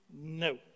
No